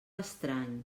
estrany